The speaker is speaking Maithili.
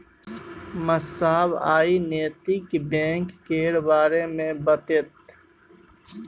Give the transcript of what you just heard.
मास्साब आइ नैतिक बैंक केर बारे मे बतेतै